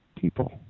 People